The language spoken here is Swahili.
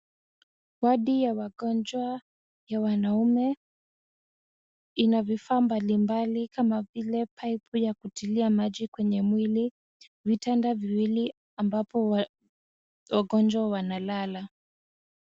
Wodi ya wagonjwa ya wanaume, ina vifaa mbalimbali kama vile pipe ya kutilia maji kwenye mwili, vitanda viwili ambapo wagonjwa wanalala.